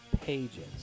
pages